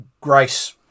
grace